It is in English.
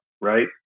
right